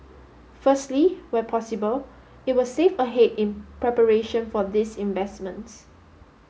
firstly where possible it will save ahead in preparation for these investments